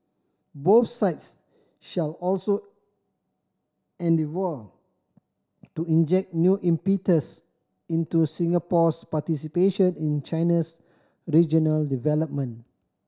both sides shall also endeavour to inject new impetus into Singapore's participation in China's regional development